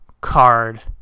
card